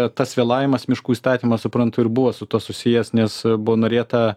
tas vėlavimas miškų įstatymo suprantu ir buvo su tuo susijęs nes buvo norėta